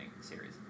series